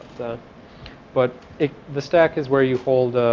the but the stack is where you hold